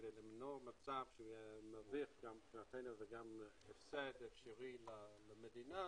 כדי למנוע מצב מביך גם כלפינו וגם הפסד אפשרי למדינה,